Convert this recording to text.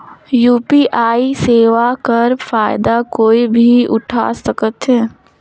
UPI सेवा कर फायदा कोई भी उठा सकथे?